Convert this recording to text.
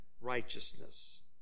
righteousness